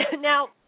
now